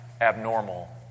abnormal